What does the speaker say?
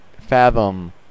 fathom